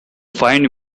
find